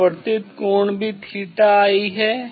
अपवर्तित कोण भी थीटा आई है